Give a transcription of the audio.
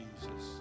Jesus